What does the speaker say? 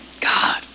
God